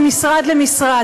ממשרד למשרד,